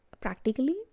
practically